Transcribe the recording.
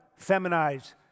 feminize